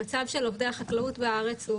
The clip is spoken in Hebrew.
המצב של עובדי החקלאות בארץ,